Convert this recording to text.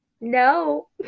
no